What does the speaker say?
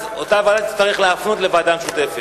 אז אותה ועדה תצטרך להפנות לוועדה משותפת.